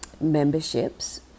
memberships